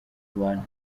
abantu